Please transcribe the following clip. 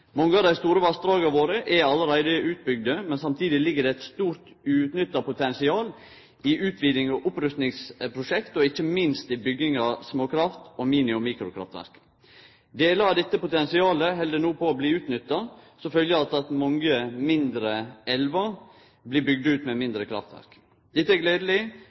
Mange av dei store vassdraga våre er allereie utbygde, men samstundes ligg det eit stort uutnytta potensial i utviding og opprustingsprosjekt og ikkje minst i bygging av småkraft- og mini- og mikrokraftverk. Delar av dette potensialet held no på å bli utnytta som følgje av at mange mindre elvar blir bygde ut med mindre kraftverk. Dette er